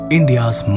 India's